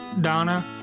Donna